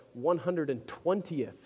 120th